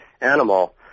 animal